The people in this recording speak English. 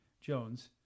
Jones